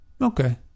Okay